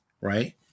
right